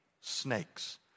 snakes